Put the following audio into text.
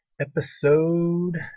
episode